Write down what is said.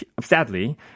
sadly